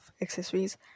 accessories